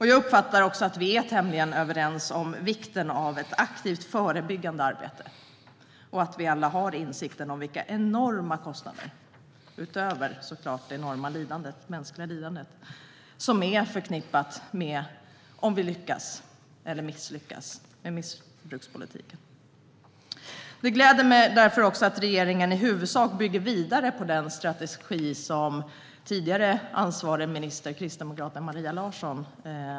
Jag uppfattar också att vi är tämligen överens om vikten av ett aktivt förebyggande arbete och att vi alla har insikten om vilka enorma kostnader, utöver det mänskliga lidandet, som är förknippade med om vi lyckas eller misslyckas med missbrukspolitiken. Det gläder mig därför också att regeringen i huvudsak bygger vidare på den strategi som togs fram under ledning av den tidigare ansvariga ministern, kristdemokraten Maria Larsson.